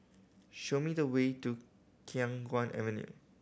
show me the way to Khiang Guan Avenue